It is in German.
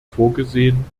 vorgesehen